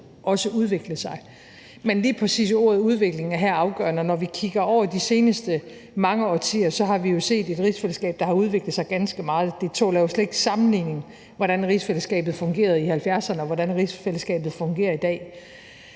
men lige præcis ordet udvikling er her afgørende. Når vi kigger hen over de seneste mange årtier, har vi jo set et rigsfællesskab, der har udviklet sig ganske meget – det tåler jo slet ikke sammenligning, hvordan rigsfællesskabet fungerede i 70'erne, og hvordan rigsfællesskabet fungerer i dag.